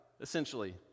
essentially